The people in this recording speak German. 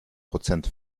prozent